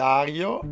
Dario